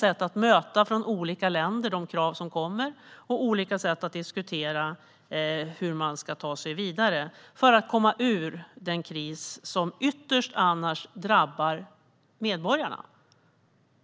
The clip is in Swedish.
Det är olika sätt för olika länder att möta de krav som kommer och olika sätt att diskutera hur man ska ta sig vidare för att komma ur den kris som annars ytterst drabbar medborgarna.